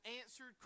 answered